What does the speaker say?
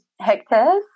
hectares